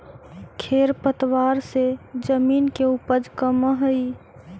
खेर पतवार से जमीन के उपज कमऽ हई